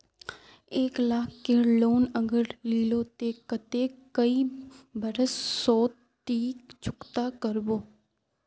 एक लाख केर लोन अगर लिलो ते कतेक कै बरश सोत ती चुकता करबो?